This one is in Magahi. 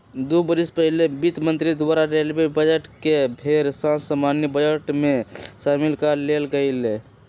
दू बरिस पहिले वित्त मंत्री द्वारा रेलवे बजट के फेर सँ सामान्य बजट में सामिल क लेल गेलइ